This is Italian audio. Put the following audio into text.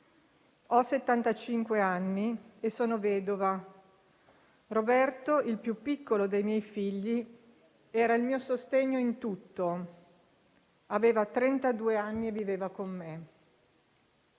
anni e sono vedova. Roberto, il più piccolo dei miei figli, era il mio sostegno in tutto, aveva trentadue anni e viveva con me.